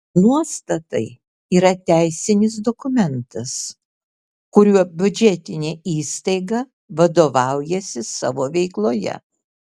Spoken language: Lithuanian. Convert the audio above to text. nuostatai yra teisinis dokumentas kuriuo biudžetinė įstaiga vadovaujasi savo veikloje